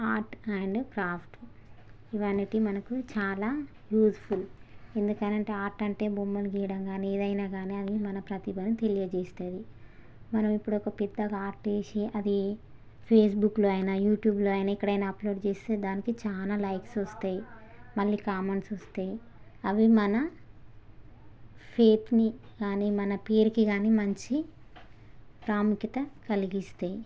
art and craft ఇవి అనేటివి మనకు చాలా యూస్ఫుల్ ఎందుకని అంటే ఆర్ట్ అంటే బొమ్మలు గీయడం కాని ఏదైనా కాని అది మన ప్రతిభను తెలియజేస్తుంది మనం ఇప్పుడు ఒక పెద్దగా ఆర్ట్ వేసి అది ఫేస్బుక్లో అయినా యూట్యూబ్లో అయినా ఎక్కడైనా అప్లోడ్ చేస్తే దానికి చానా లైక్స్ వస్తాయి మళ్ళీ కామెంట్స్ వస్తాయి అవి మన ఫేత్ని కానీ మన పేరుకి కాని మంచి ప్రాముఖ్యత కలిగిస్తాయి